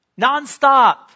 nonstop